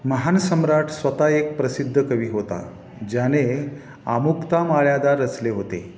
महान सम्राट स्वत एक प्रसिद्ध कवी होता ज्याने आमुक्तामाळ्यादा रचले होते